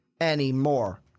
anymore